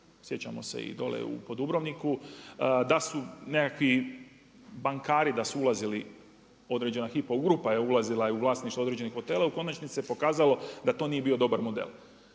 sjećamo se i dolje po Dubrovniku, da su nekakvi bankari, da su ulazili, određena Hypo grupa je ulazila u vlasništvo određenih hotela, u konačnici se pokazalo da to nije bio dobar model.